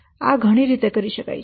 આ ઘણી રીતે કરી શકાય છે